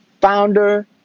founder